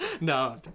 no